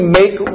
make